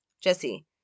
Jesse